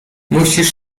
musisz